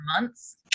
months